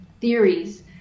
theories